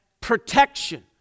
protection